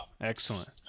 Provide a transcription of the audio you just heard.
excellent